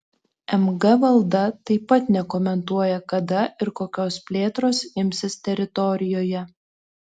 mg valda taip pat nekomentuoja kada ir kokios plėtros imsis teritorijoje